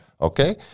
Okay